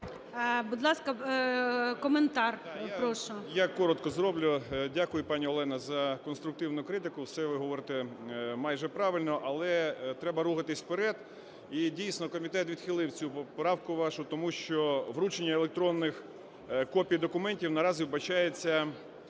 КОЖЕМ’ЯКІН А.А. Да, я коротко зроблю. Дякую, пані Олена, за конструктивну критику. Все ви говорите майже правильно, але треба рухатись вперед. І дійсно, комітет відхилив цю поправку вашу, тому що вручення електронних копій документів наразі вбачається